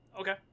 Okay